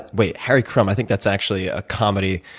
wait, harry crumb, i think that's actually a comedy.